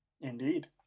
indeed